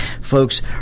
Folks